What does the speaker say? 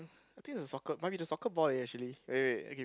I think is a soccer might be the soccer ball leh actually wait wait wait okay